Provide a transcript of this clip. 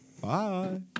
Bye